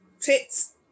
tricks